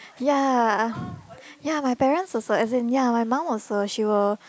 ya ya my parents also as in ya my mum also she will